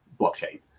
blockchain